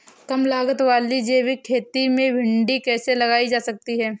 कम लागत वाली जैविक खेती में भिंडी कैसे लगाई जा सकती है?